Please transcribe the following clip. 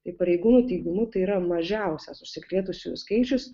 tai pareigūnų teigimu tai yra mažiausias užsikrėtusiųjų skaičius